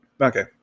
Okay